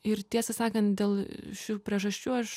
ir tiesą sakant dėl šių priežasčių aš